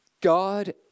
God